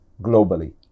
globally